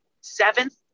seventh